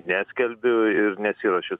neskelbiu ir nesiruošiu